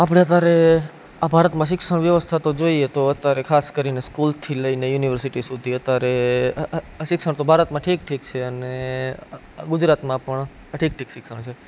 આપણે અત્યારે આ ભારતમાં શિક્ષણ વ્યવસ્થા તો જોઈએ તો અત્યારે ખાસ કરીને સ્કૂલથી લઈને યુનિવર્સિટી સુધી અત્યારે શિક્ષણ તો ભારતમાં ઠીક ઠીક છે અને ગુજરાતમાં પણ ઠીક ઠીક શિક્ષણ છે